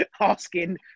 asking